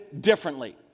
differently